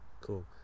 Cool